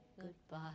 goodbye